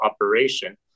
operation